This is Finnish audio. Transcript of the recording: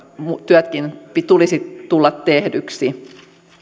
työtkin tulisi tulla tehdyksi